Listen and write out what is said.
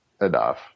enough